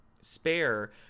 Spare